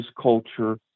culture